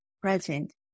present